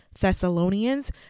Thessalonians